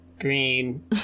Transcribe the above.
Green